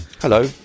Hello